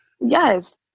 Yes